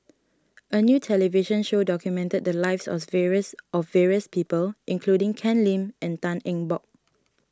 a new television show documented the lives of various of various people including Ken Lim and Tan Eng Bock